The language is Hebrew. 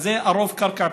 אז הרוב היא קרקע פרטית.